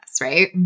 right